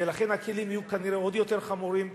ולכן הכלים יהיו כנראה עוד יותר חמורים,